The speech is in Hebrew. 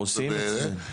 עושים אצלנו.